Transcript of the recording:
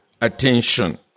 attention